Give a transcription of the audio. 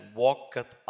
walketh